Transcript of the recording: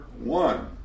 one